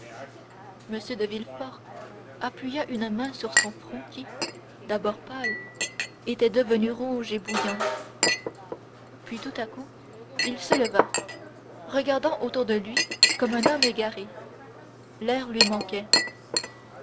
m de villefort appuya une main sur son front qui d'abord pâle était devenu rouge et bouillant tout à coup il se leva regardant autour de lui comme un homme égaré l'air lui manquait